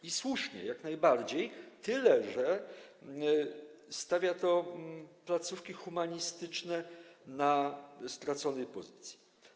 I słusznie, jak najbardziej, tyle że stawia to placówki humanistyczne na straconej pozycji.